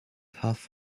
half